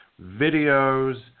videos